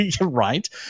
Right